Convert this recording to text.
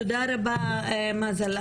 תודה רבה, מזל.